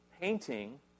painting